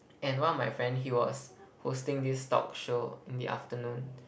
and one of my friend he was hosting this talk show in the afternoon